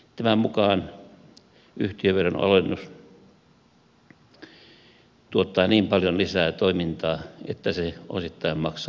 tämän mukaan yhtiöveron alennus tuottaa niin paljon lisää toimintaa että se osittain maksaa itsensä